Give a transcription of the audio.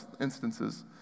instances